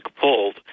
pulled